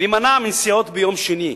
ולהימנע מנסיעות ביום שני,